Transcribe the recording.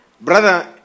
Brother